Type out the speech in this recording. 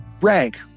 rank